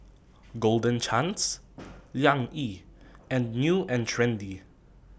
Golden Chance Liang Yi and New and Trendy